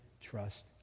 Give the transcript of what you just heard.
trust